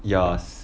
yes